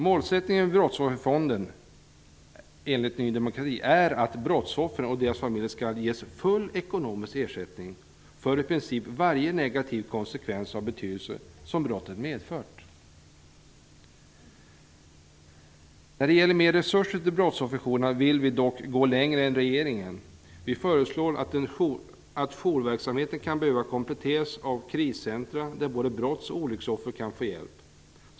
Målsättningen med brottsofferfonden är enligt Ny demokrati att brottsoffren och deras familjer skall ges full ekonomisk ersättning för i princip varje negativ konsekvens av betydelse som brottet har medfört. När det gäller mer resurser till brottsofferjourerna vill vi dock gå längre än regeringen. Jourverksamheten kan behöva kompletteras med kriscentrum där både brotts och olycksoffer kan få hjälp.